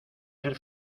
ser